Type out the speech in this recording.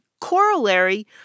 corollary